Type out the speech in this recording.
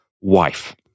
wife